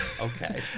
Okay